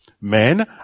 Men